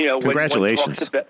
Congratulations